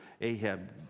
Ahab